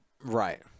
right